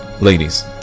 Ladies